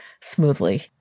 smoothly